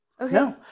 Okay